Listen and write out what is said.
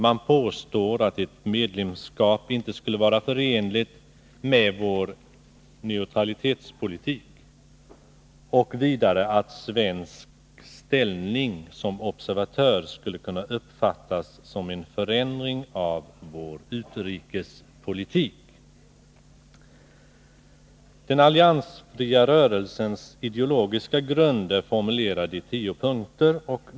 Man påstår att ett medlemskap inte skulle vara förenligt med vår neutralitetspolitik och vidare att Sveriges ställning som observatör skulle kunna uppfattas som en förändring av vår utrikespolitik. Den ideologiska grunden för den alliansfria rörelsen är formulerad i tio punkter.